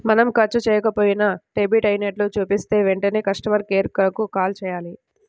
మనం ఖర్చు చెయ్యకపోయినా డెబిట్ అయినట్లు చూపిస్తే వెంటనే కస్టమర్ కేర్ కు కాల్ చేయాలి